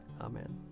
Amen